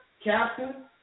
captain